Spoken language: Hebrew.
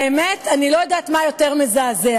האמת, אני לא יודעת מה יותר מזעזע,